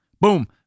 boom